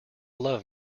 love